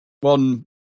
one